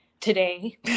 today